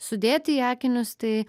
sudėti į akinius tai